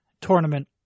tournament